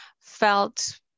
felt